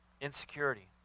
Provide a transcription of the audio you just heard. Insecurity